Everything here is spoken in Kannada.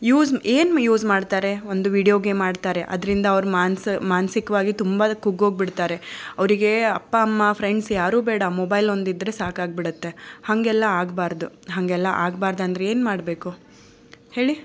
ಯೂಸ್ ಏನು ಯೂಸ್ ಮಾಡ್ತಾರೆ ಒಂದು ವಿಡಿಯೋ ಗೇಮ್ ಆಡ್ತಾರೆ ಅದರಿಂದ ಅವ್ರು ಮಾನಸಿಕವಾಗಿ ತುಂಬ ಕುಗ್ಗೋಗಿಬಿಡ್ತಾರೆ ಅವರಿಗೆ ಅಪ್ಪ ಅಮ್ಮ ಫ್ರೆಂಡ್ಸ್ ಯಾರೂ ಬೇಡ ಮೊಬೈಲ್ ಒಂದಿದ್ದರೆ ಸಾಕಾಗಿಬಿಡುತ್ತೆ ಹಂಗೆಲ್ಲಾ ಆಗಬಾರ್ದು ಹಾಗೆಲ್ಲಾ ಆಗ್ಬಾರ್ದು ಅಂದರೆ ಏನು ಮಾಡಬೇಕು ಹೇಳಿ